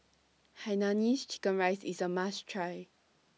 Hainanese Chicken Rice IS A must Try